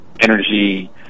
energy